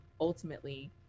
ultimately